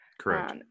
Correct